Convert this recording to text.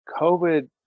COVID